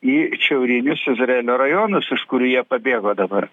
į šiaurinius izraelio rajonus iš kur jie pabėgo dabar